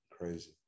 crazy